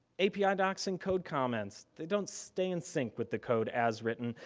api docs and code comments, they don't stay in sink with the code as written,